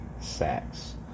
sacks